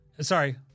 Sorry